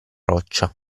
roccia